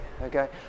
okay